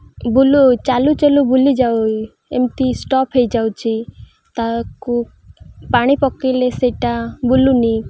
ବୁଲୁ ଚାଲୁଚାଲୁ ବୁଲିଯାଇ ଏମିତି ଷ୍ଟପ୍ ହୋଇଯାଉଛିି ତାକୁ ପାଣି ପକାଇଲେ ସେଇଟା ବୁଲୁନି